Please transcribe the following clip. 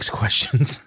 questions